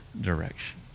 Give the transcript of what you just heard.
direction